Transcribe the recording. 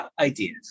ideas